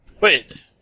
Wait